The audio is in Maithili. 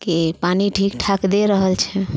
के पानि ठीक ठाक दे रहल छै